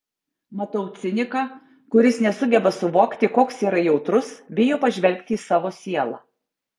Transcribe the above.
matau ciniką kuris nesugeba suvokti koks yra jautrus bijo pažvelgti į savo sielą